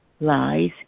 lies